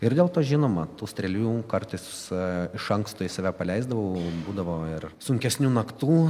ir dėl to žinoma tų strėlių kartais iš anksto į save paleisdavau būdavo ir sunkesnių naktų